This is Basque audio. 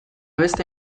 beste